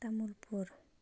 Tamulpur